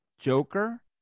Joker